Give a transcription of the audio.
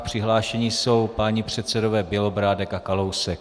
Přihlášeni jsou páni předsedové Bělobrádek a Kalousek.